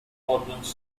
ordnance